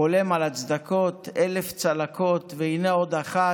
// חולם על הצדקות, / אלף צלקות, / והינה עוד אחת